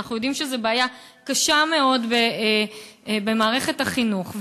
אנחנו יודעים שזו בעיה קשה מאוד במערכת החינוך,